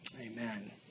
Amen